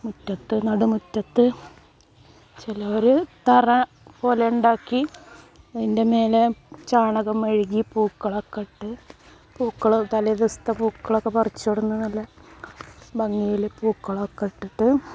മുറ്റത് നടുമുറ്റത് ചിലവർ തറ പോലെ ഉണ്ടാക്കി അതിൻ്റെ മേലെ ചാണകം മെഴുകി പൂക്കളൊക്കെ ഇട്ട് പൂക്കളും തലേദിവസത്തെ പൂക്കളൊക്കെ പറിച്ചുകൊണ്ടുവന്ന് നല്ല ഭംഗിയിൽ പൂക്കളം ഒക്കെ ഇട്ടിട്ട്